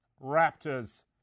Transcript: Raptors